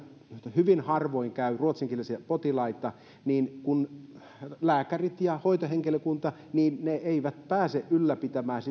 hyvin harvoin käy ruotsinkielisiä potilaita eivätkä lääkärit ja hoitohenkilökunta pääse ylläpitämään